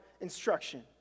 instruction